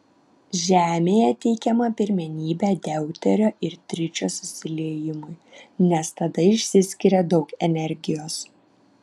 žemėje teikiama pirmenybė deuterio ir tričio susiliejimui nes tada išsiskiria daug energijos